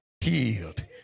healed